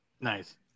nice